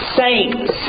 saints